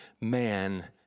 man